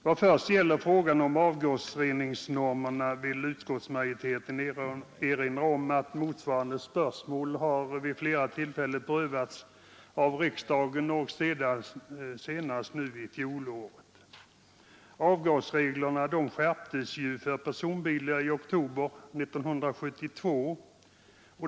Vad först gäller frågan om avgasreningsnormerna vill utskottsmajoriteten erinra om att motsvarande spörsmål vid flera tillfällen har prövats av riksdagen, senast under fjolåret. Avgasreglerna skärptes för personbilar i oktober 1972.